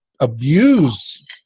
abuse